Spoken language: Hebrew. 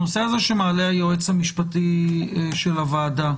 הנושא הזה, שמעלה היועץ המשפטי של הוועדה,